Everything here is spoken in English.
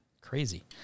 crazy